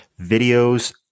videos